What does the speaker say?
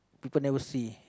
people never see